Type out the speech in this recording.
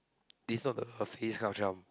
they saw the her face kind of